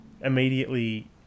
Immediately